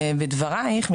ב-7 במרץ 2021,